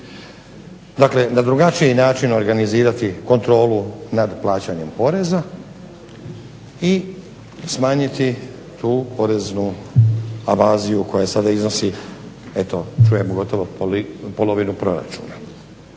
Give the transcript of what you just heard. Dakle na drugačiji način organizirati kontrolu nad plaćanjem proreza i smanjiti tu poreznu evaziju koja sada iznosi eto čujem gotovo polovinu proračuna.